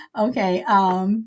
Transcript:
Okay